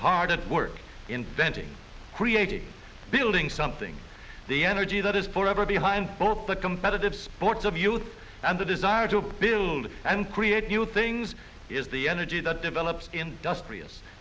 hard at work inventing creating building something the energy that is forever behind both the competitive sports of youth and the desire to build and create new things is the energy that develops industrious